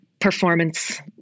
performance